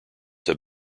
have